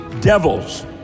Devils